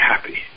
happy